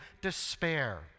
despair